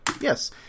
Yes